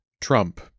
Trump